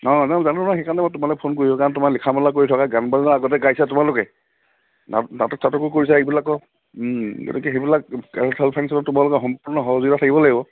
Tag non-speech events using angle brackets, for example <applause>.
অঁ জানো ন সেইকাৰণে মই তোমালে ফোন কৰিছোঁ কাৰণ তোমাৰ লিখা মেলা কৰি থকা গান <unintelligible> তোমালোকে নাটক চাতকো কৰিছো এইবিলাকো গতিকে সেইবিলাক কালচাৰেল ফাংচনত তোমালোক সম্পূৰ্ণ সহযোগিতা থাকিব লাগিব